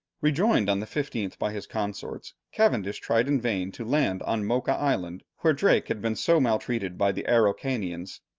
rejoined on the fifteenth by his consorts, cavendish tried in vain to land on mocha island, where drake had been so maltreated by the araucanians.